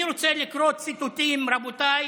אני רוצה לקרוא ציטוטים, רבותיי,